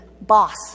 boss